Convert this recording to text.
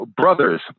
brothers